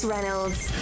Reynolds